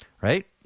right